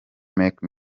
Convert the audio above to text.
meek